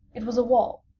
it was a wall,